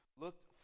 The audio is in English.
looked